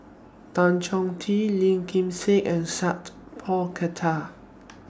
Tan Chong Tee Lim Kim San and Sat Pal Khattar